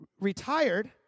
retired